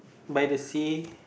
by the sea